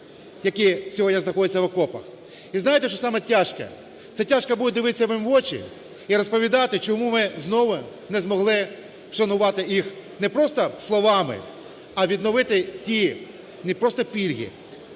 які сьогодні знаходяться в окопах. І знаєте, що саме тяжке? Це тяжко буде дивитися їм в очі і розповідати, чому ми знову не змогли вшанувати їх непросто словами, а відновити ті непросто пільги,